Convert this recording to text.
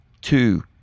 two